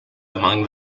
among